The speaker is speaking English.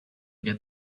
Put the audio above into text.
get